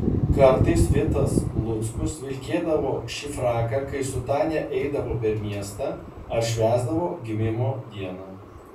kartais vitas luckus vilkėdavo šį fraką kai su tania eidavo per miestą ar švęsdavo gimimo dieną